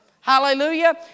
Hallelujah